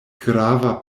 grava